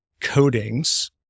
coatings